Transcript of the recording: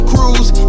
Cruise